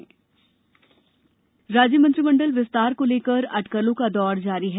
मंत्रिमंडल राज्य मंत्रिमंडल विस्तार को लेकर अटकलों का दौर जारी है